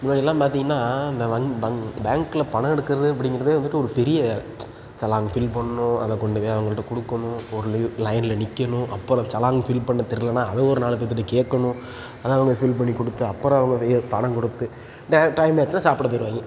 முன்னாடிலாம் பார்த்தீங்கன்னா இந்த வங் பங் பேங்க்கில் பணம் எடுக்கிறது அப்படிங்கிறதே வந்துட்டு ஒரு பெரிய சலான் ஃபில் பண்ணணும் அதைக் கொண்டு போய் அவங்கள்கிட்ட கொடுக்கணும் ஒரு லீ லைனில் நிற்கணும் அப்புறம் சலான் ஃபில் பண்ண தெரிலனா அது ஒரு நாலு பேர்த்துட்ட கேகணும் அதை அவங்க ஃபில் பண்ணிக் கொடுத்து அப்புறம் அவங்க வியே பணம் கொடுத்து இந்த டைம் ஆச்சுன்னால் சாப்பிட போயிருவாய்ங்க